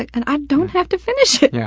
and i don't have to finish it. yeah